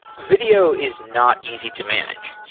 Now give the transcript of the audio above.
video is not easy to manage.